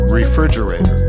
refrigerator